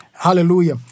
Hallelujah